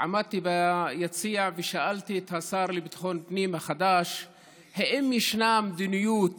עמדתי ביציע ושאלתי את השר החדש לביטחון הפנים האם ישנה מדיניות